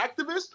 activist